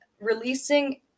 releasing